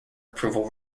approval